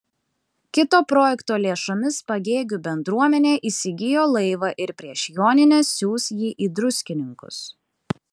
kito projekto lėšomis pagėgių bendruomenė įsigijo laivą ir prieš jonines siųs jį į druskininkus